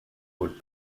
would